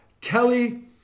Kelly